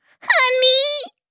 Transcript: honey